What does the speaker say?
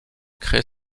crée